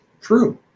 true